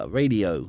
radio